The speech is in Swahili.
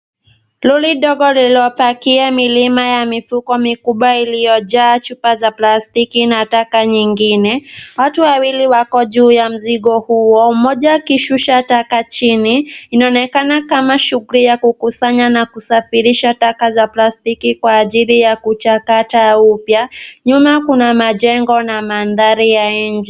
Lori kubwa lililopakia milima mikubwa ya mifuko iliyojaa chupa za plastiki na taka nyingine. Watu wawili wako juu ya mzigo huo mmoja akishusha taka chini, inaonekana kama shughuli ya kukusanya na kusafirisha taka za plastiki kwa ajili ya kuchakata upya. Nyuma kuna majengo na mandhari ya nje.